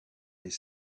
les